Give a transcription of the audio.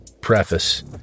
Preface